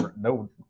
no